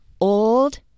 old